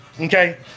okay